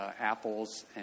apples